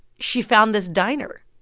she found this diner.